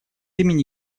имени